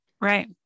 Right